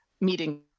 meeting